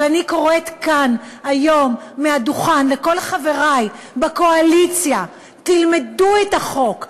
אבל אני קוראת כאן היום מהדוכן לכל חברי בקואליציה: תלמדו את החוק,